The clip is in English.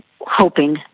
hoping